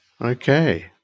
Okay